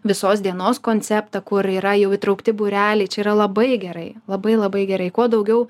visos dienos konceptą kur yra jau įtraukti būreliai čia yra labai gerai labai labai gerai kuo daugiau